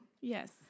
Yes